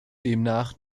demnach